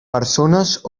persones